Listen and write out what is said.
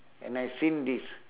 and I've seen this